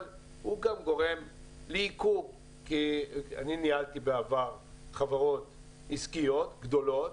הוא גם גורם לעיכוב כי אני ניהלתי בעבר חברות עסקיות גדולות,